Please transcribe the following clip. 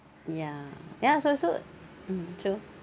ya ya is also mm true